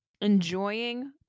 Enjoying